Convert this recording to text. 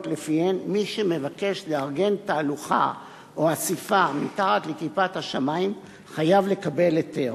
שלפיהן מי שמבקש לארגן תהלוכה או אספה מתחת לכיפת השמים חייב לקבל היתר.